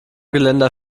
geländer